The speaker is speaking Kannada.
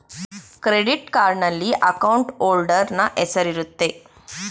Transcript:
ಕ್ರೆಡಿಟ್ ಕಾರ್ಡ್ನಲ್ಲಿ ಅಕೌಂಟ್ ಹೋಲ್ಡರ್ ನ ಹೆಸರಿರುತ್ತೆ